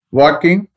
walking